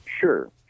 Sure